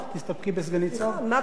סליחה, מה קובע התקנון?